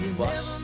bus